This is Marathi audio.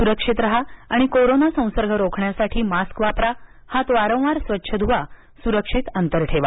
सुक्षित राहा आणि कोरोना संसर्ग रोखण्यासाठी मास्क वापरा हात वारंवार स्वच्छ ध्वा आणि सुरक्षित अंतर राखा